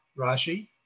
Rashi